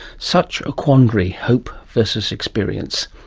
such a quandary, hope vs. experience.